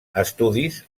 estudis